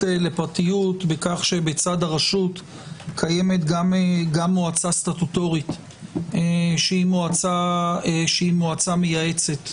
לפרטיות בכך שבצד הרשות קיימת גם מועצה סטטוטורית שהיא מועצה מייעצת.